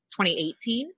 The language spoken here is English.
2018